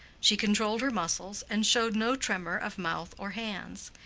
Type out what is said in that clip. she controlled her muscles, and showed no tremor of mouth or hands.